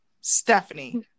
Stephanie